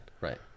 right